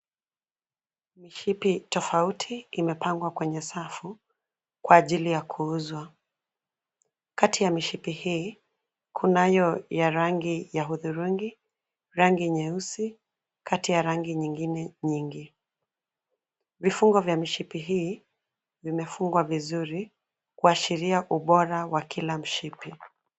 Mishipi tofauti imepangwa kwenye safu kwa ajili ya kuuzwa. Kati ya mishipi hii kunayo ya rangi ya hudhurungi, rangi nyeusi, kati ya rangi nyingine nyingi. Vifungo vya mishipi hii vimefungwa vizuri kuashiria ubora wa kila mshipi.